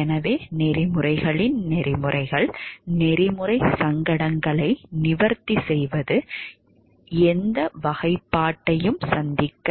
எனவே நெறிமுறைகளின் நெறிமுறைகள் நெறிமுறை சங்கடங்களை நிவர்த்தி செய்வது எந்த வகைப்பாட்டையும் சந்திக்க